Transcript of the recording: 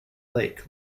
lake